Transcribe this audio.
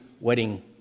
wedding